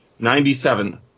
97